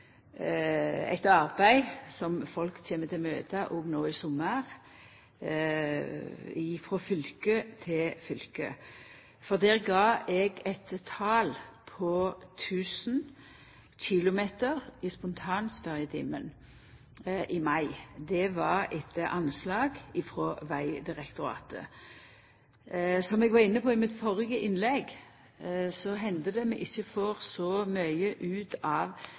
eit arbeid som folk kjem til å møta òg no i sommar, frå fylke til fylke. Der gav eg eit tal på 1 000 km i spontanspørjetimen i mai. Det var etter anslag frå Vegdirektoratet. Som eg var inne på i mitt førre innlegg, hender det at vi ikkje får så mykje ut av